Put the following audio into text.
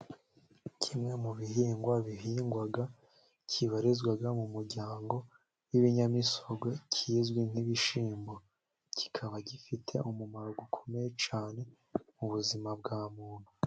Kimwe mu bihingwa bihingwa kibarizwa mu muryango w'ibinyamisogwe kizwi nk'ibishimbo. Kikaba gifite umumaro ukomeye cyane mu buzima bwa muntu.